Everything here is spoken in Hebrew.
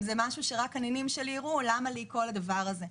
אם זה משהו שרק הנינים שלי יראו למה לי כל הדבר הזה?